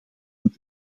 een